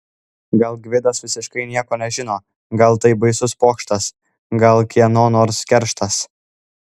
gal gvidas visiškai nieko nežino gal tai baisus pokštas gal kieno nors kerštas